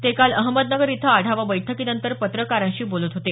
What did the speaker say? ते काल अहमदनगर इथं आढावा बैठकींनंतर पत्रकारांशी बोलत होते